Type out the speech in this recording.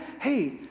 Hey